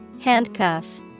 Handcuff